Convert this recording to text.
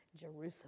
Jerusalem